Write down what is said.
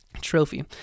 trophy